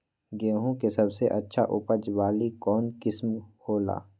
गेंहू के सबसे अच्छा उपज वाली कौन किस्म हो ला?